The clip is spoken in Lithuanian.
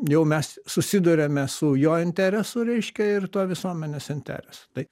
jau mes susiduriame su jo interesu reiškia ir tuo visuomenės interesu tai